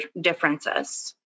differences